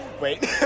Wait